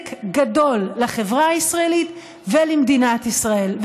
נזק גדול לחברה הישראלית ולמדינת ישראל.